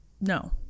No